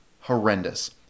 horrendous